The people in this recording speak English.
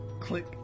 Click